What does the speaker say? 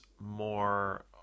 more